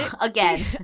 Again